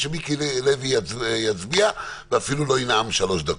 ושמיקי לוי יצביע ואפילו לא ינאם שלוש דקות.